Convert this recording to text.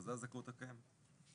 אבל זו הזכאות הקיימת.